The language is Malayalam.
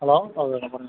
ഹലോ അതുതന്നെ പറഞ്ഞോ